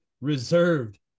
reserved